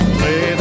Play